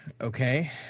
Okay